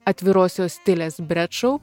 atvirosios tilės bretšau